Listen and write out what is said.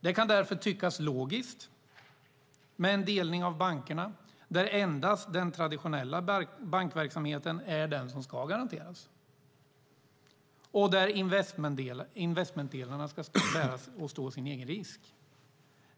Det kan därför tyckas logiskt med en delning av bankerna där endast den traditionella bankverksamheten är den som ska garanteras, och där investmentdelarna ska stå sin egen risk.